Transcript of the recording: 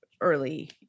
early